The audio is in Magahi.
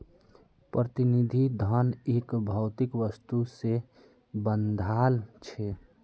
प्रतिनिधि धन एक भौतिक वस्तु से बंधाल छे